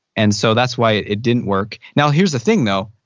and so that's why it it didn't work now here's the thing though,